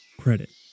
credit